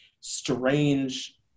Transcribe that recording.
strange